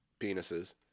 penises